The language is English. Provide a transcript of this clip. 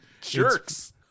jerks